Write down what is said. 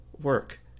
work